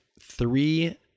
three